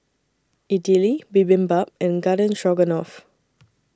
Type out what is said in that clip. Idili Bibimbap and Garden Stroganoff